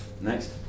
next